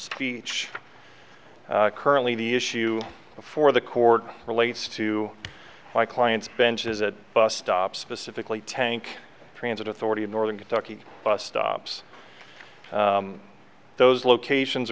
speech currently the issue before the court relates to my client's benches that bus stop specifically tank transit authority in northern kentucky bus stops those locations